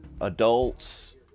adults